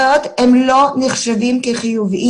אחרת הם לא נחשבים כחיוביים.